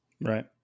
Right